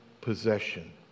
possession